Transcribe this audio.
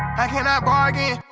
i can not bargain.